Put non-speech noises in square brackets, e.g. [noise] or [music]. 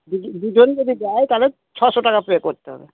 [unintelligible] দুজন যদি যায় তাহলে ছশো টাকা পে করতে হবে